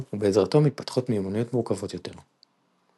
ובעזרתו מתפתחות מיומנויות מורכבות יותר.